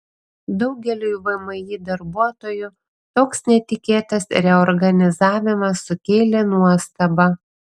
daugeliui vmi darbuotojų toks netikėtas reorganizavimas sukėlė nuostabą